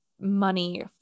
money